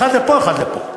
אחד לפה, אחד לפה.